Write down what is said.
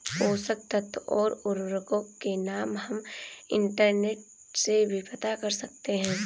पोषक तत्व और उर्वरकों के नाम हम इंटरनेट से भी पता कर सकते हैं